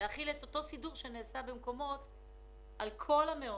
להחיל את הסידור שנעשה במקומות מסוימים על כל המעונות.